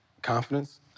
Confidence